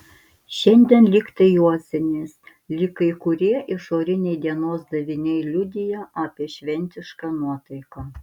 šiandien lyg tai juozinės lyg kai kurie išoriniai dienos daviniai liudija apie šventišką nuotaiką